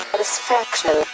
Satisfaction